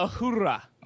Ahura